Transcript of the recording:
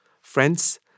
Friends